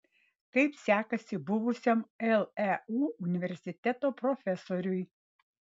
kaip sekasi buvusiam leu universiteto profesoriui